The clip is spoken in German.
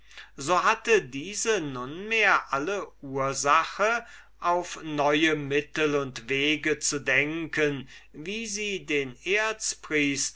so hatte diese letztere alle ursache nun auf neue mittel und wege zu denken wie sie den